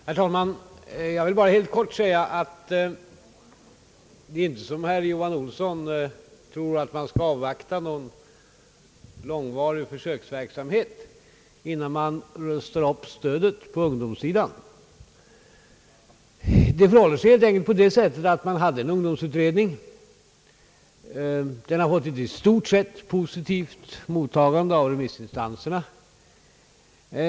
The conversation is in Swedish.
Herr talman! Jag vill bara helt kort säga att det inte är som herr Johan Olsson tror: att man skall avvakta någon långvarig försöksverksamhet innan man rustar upp stödet på ungdomssidan. Det förhåller sig helt enkelt så att man hade en ungdomsutredning vars förslag fått ett i stort sett positivt mottagande av remissinstanserna.